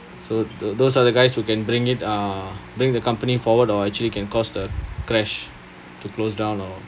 so tho~ those are the guys who can bring it uh bring the company forward or actually can cause the crash to close down or